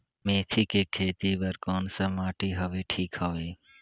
मेथी के खेती बार कोन सा माटी हवे ठीक हवे?